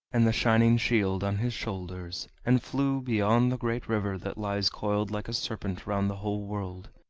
and the shining shield on his shoulders, and flew beyond the great river that lies coiled like a serpent round the whole world.